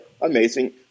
Amazing